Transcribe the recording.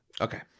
okay